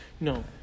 No